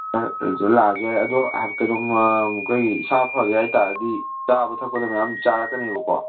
ꯅꯪ ꯅꯨꯡꯗꯤꯟ ꯂꯥꯛꯑꯁꯨ ꯌꯥꯏ ꯑꯗꯣ ꯀꯩꯅꯣ ꯑꯩꯈꯣꯏꯒꯤ ꯏꯁꯥ ꯐꯒꯦ ꯍꯥꯏꯇꯥꯗꯤ ꯆꯥꯕ ꯊꯛꯄꯗꯣ ꯃꯌꯥꯝ ꯆꯥꯔꯛꯀꯅꯦꯕꯀꯣ